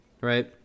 right